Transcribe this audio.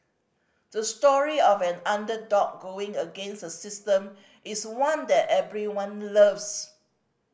the story of an underdog going against the system is one that everyone loves